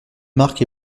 marc